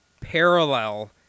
parallel